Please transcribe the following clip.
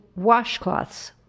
washcloths